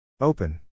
Open